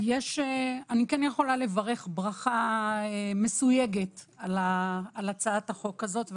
אני יכולה לברך ברכה מסויגת על הצעת החוק הזו.